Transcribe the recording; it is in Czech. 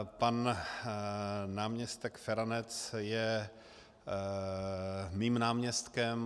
Pan náměstek Feranec je mým náměstkem.